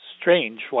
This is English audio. strange